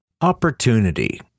Opportunity